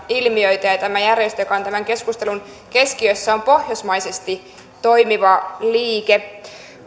ilmiöitä ja tämä järjestö joka on tämän keskustelun keskiössä on pohjoismaisesti toimiva liike